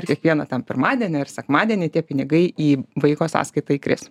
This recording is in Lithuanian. ir kiekvieną tam pirmadienį ar sekmadienį tie pinigai į vaiko sąskaitą įkris